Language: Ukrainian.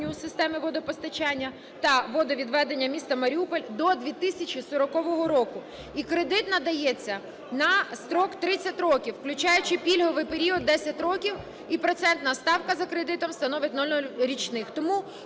системи водопостачання та водовідведення міста Маріуполь до 2040 року, і кредит надається на строк 30 років, включаючи пільговий період 10 років, і процентна ставка за кредитом становить нуль річних.